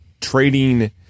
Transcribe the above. trading